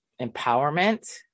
empowerment